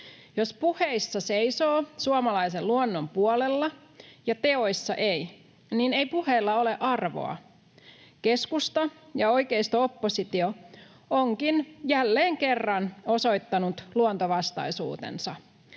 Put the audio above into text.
Jos puheissa seisoo suomalaisen luonnon puolella ja teoissa ei, niin ei puheilla ole arvoa. Keskusta ja oikeisto-oppositio ovatkin jälleen kerran osoittaneet luontovastaisuutensa.